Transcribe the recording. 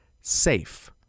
SAFE